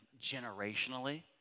generationally